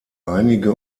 einige